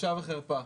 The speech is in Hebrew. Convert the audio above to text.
בושה וחרפה,